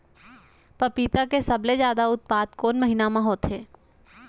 पपीता के सबले जादा उत्पादन कोन महीना में होथे?